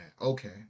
Okay